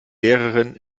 lehrerin